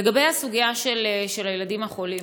לגבי הסוגיה של הילדים החולים,